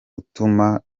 utuma